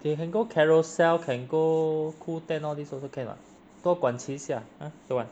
they can go Carousell can go Qoo ten all these also can 多管齐下 hor correct